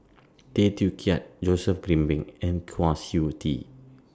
Tay Teow Kiat Joseph Grimberg and Kwa Siew Tee